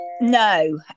no